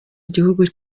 igihugu